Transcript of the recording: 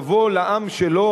לבוא לעם שלו,